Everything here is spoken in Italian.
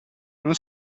non